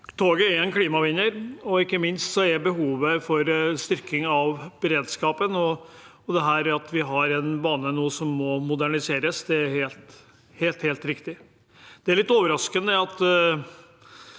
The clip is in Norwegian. Toget er en klimavinner, og ikke minst er dette med behov for styrking av beredskapen og at vi har en bane som må moderniseres, helt riktig. Det er litt overraskende at